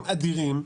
אלו מספרים אדירים,